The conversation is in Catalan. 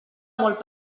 molt